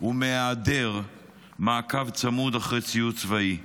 ומהיעדר מעקב צמוד אחר ציוד צבאי.